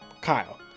Kyle